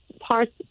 parts